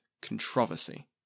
controversy